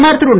பிரதமர் திரு